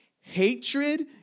hatred